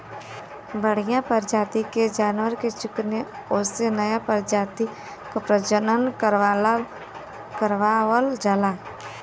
बढ़िया परजाति के जानवर के चुनके ओसे नया परजाति क प्रजनन करवावल जाला